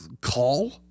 call